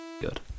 Good